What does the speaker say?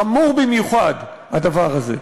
חמור במיוחד הדבר הזה.